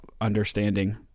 understanding